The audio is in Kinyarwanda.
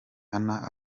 anna